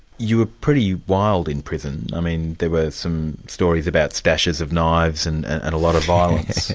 you were pretty wild in prison. i mean there were some stories about stashes of knives and a lot of violence.